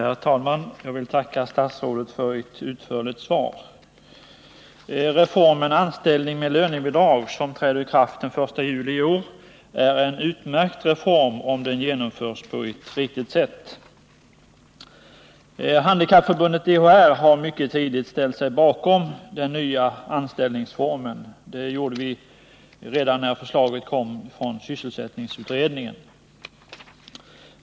Herr talman! Jag vill tacka statsrådet för ett utförligt svar. Reformen anställning med lönebidrag, som träder i kraft den 1 juli i år, är en utmärkt reform om den genomförs på ett riktigt sätt. Handikappförbundet DHR har mycket tidigt ställt sig bakom den nya anställningsformen — det gjorde vi redan när förslaget kom från sysselsättningsutredningen.